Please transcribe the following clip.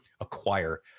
acquire